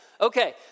Okay